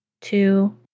two